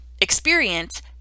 experience